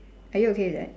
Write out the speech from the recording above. are you okay with that